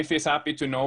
אני פרסמתי ספר,